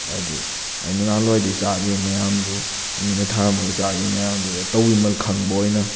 ꯍꯥꯏꯕꯗꯤ ꯑꯩꯅ ꯅꯍꯥꯟꯋꯥꯏꯗꯒꯤ ꯆꯥꯈꯤꯕ ꯃꯌꯥꯝꯗꯨ ꯃꯤꯅ ꯊꯥꯔꯝꯃꯒ ꯆꯥꯈꯤꯕ ꯃꯌꯥꯝꯗꯨꯗ ꯇꯧꯕꯤꯃꯜ ꯈꯪꯕ ꯑꯣꯏꯅ